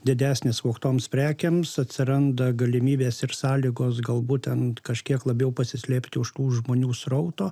didesnis vogtoms prekėms atsiranda galimybės ir sąlygos galbūt ten kažkiek labiau pasislėpti už tų žmonių srauto